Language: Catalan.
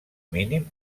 mínim